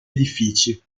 edifici